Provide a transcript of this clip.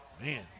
man